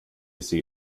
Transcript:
sie